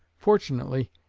fortunately,